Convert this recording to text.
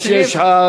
יש, יש.